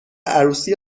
عروسی